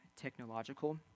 technological